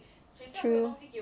true